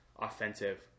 offensive